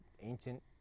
ancient